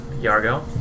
Yargo